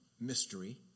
mystery